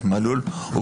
אני